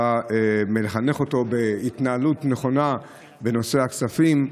אתה מחנך אותו להתנהלות נכונה בנושא הכספים,